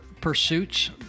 Pursuits